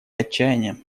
отчаянием